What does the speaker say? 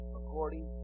according